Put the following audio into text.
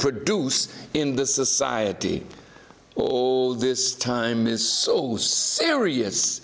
produce in the society all this time is so serious